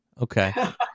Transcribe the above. okay